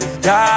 Die